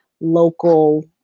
local